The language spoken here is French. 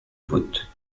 voûtes